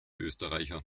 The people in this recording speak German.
österreicher